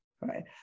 right